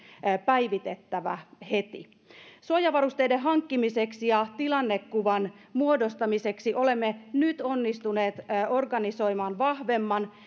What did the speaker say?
päivitettävä heti suojavarusteiden hankkimiseksi ja tilannekuvan muodostamiseksi olemme nyt onnistuneet organisoitumaan vahvemmin